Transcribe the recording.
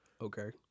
okay